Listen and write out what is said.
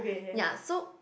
ya so